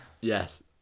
Yes